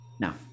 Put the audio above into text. now